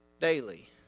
daily